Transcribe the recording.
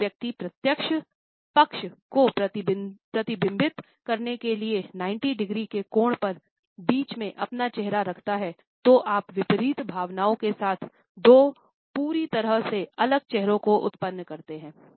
जब व्यक्ति प्रत्येक पक्ष को प्रतिबिंबित करने के लिए 90 डिग्री के कोण पर बीच में अपना चेहरा करता हैं तो आप विपरीत भावनाओं के साथ दो पूरी तरह से अलग चेहरे को उत्पादन करते हैं